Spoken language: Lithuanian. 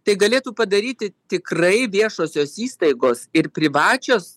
tai galėtų padaryti tikrai viešosios įstaigos ir privačios